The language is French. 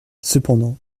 cependant